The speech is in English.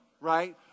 right